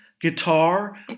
guitar